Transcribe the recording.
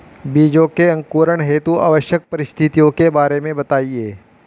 बीजों के अंकुरण हेतु आवश्यक परिस्थितियों के बारे में बताइए